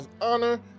honor